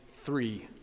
three